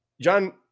John